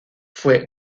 fue